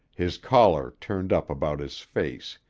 his collar turned up about his face,